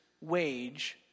wage